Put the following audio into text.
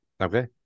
Okay